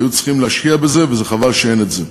היו צריכים להשקיע בזה, וחבל שאין את זה.